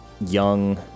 young